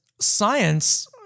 science